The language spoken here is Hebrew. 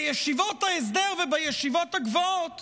בישיבות ההסדר ובישיבות הגבוהות